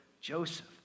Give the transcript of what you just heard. Joseph